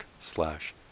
slash